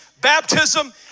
baptism